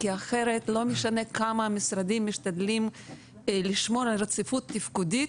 כי אחרת לא משנה כמה המשרדים משתדלים לשמור על רציפות תפקודית,